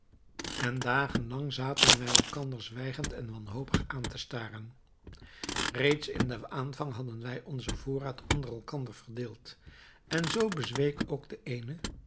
en dagen lang zaten wij elkander zwijgend en wanhopig aan te staren reeds in den aanvang hadden wij onzen voorraad onder elkander verdeeld en zoo bezweek ook de eene